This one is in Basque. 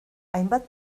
hainbat